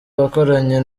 wakoranye